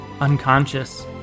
unconscious